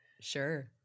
sure